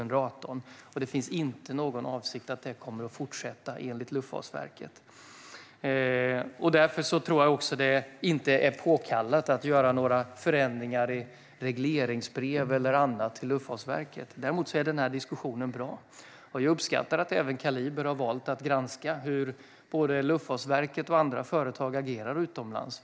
Det finns inte någon avsikt att det kommer att fortsätta, enligt Luftfartsverket. Därför tror jag att det inte är påkallat att göra några förändringar i regleringsbrev eller annat till Luftfartsverket. Däremot är den här diskussionen bra. Jag uppskattar att även Kaliber har valt att granska hur både Luftfartsverket och andra företag agerar utomlands.